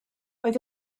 oedd